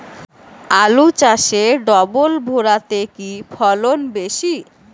আলু চাষে ডবল ভুরা তে কি ফলন বেশি?